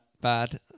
bad